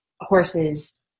horses